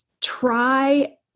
try